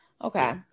Okay